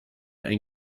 ein